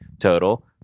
Total